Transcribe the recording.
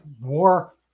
war